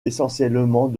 essentiellement